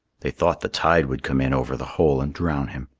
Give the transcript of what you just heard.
they thought the tide would come in over the hole and drown him.